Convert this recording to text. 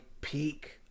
peak